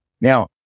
Now